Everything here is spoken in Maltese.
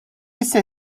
issa